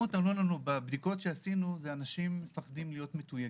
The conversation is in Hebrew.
בבדיקות שעשינו אנשים מפחדים להיות מתויגים.